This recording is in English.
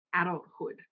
adulthood